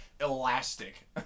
elastic